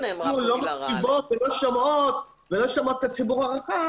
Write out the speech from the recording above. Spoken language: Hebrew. לא משתפים ולא שומעים את הציבור הרחב,